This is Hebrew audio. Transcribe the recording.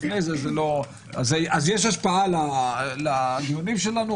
אז יש השפעה לדיונים שלנו,